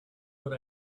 what